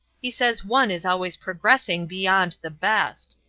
he says one is always progressing beyond the best.